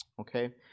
okay